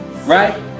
right